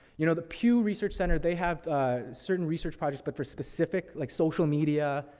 you know the pew research center, they have, ah, certain research projects, but for specific, like, social media,